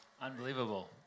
Unbelievable